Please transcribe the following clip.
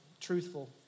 truthful